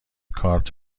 کارت